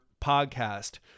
podcast